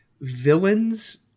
villains